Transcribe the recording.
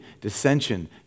dissension